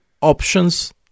options